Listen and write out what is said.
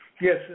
Yes